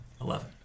eleven